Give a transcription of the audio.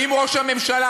עם ראש הממשלה,